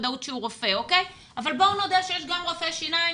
בוודאות שהוא רופא אבל בואו נודה שיש גם רופאי שיניים